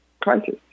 crisis